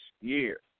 year